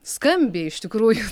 skambiai iš tikrųjų